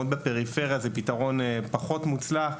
זהו פתרון פחות מוצלח.